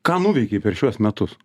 ką nuveikei per šiuos metus